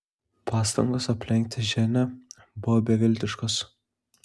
pastangos aplenkti ženią buvo beviltiškos